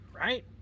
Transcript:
right